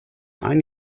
ein